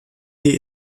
die